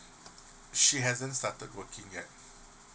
she hasn't started working yet